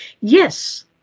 Yes